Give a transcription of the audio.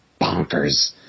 bonkers